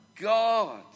God